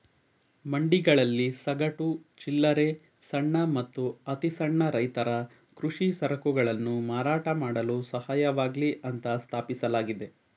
ಮಂಡಿಗಳಲ್ಲಿ ಸಗಟು, ಚಿಲ್ಲರೆ ಸಣ್ಣ ಮತ್ತು ಅತಿಸಣ್ಣ ರೈತರ ಕೃಷಿ ಸರಕುಗಳನ್ನು ಮಾರಾಟ ಮಾಡಲು ಸಹಾಯವಾಗ್ಲಿ ಅಂತ ಸ್ಥಾಪಿಸಲಾಗಿದೆ